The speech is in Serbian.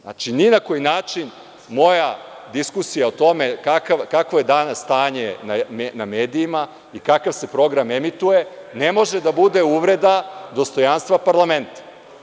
Znači, ni na koji način moja diskusija o tome kakvo je danas stanje u medijima i kakav se program emituje ne može da bude uvreda dostojanstva parlamenta.